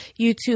YouTube